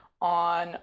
on